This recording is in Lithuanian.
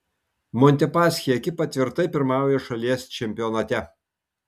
montepaschi ekipa tvirtai pirmauja šalies čempionate